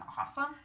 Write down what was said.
awesome